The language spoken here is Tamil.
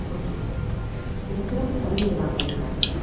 ஓகே சார் இதில் சிறப்பு சலுகை ஏதாவது இருக்கா சார்